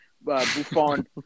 Buffon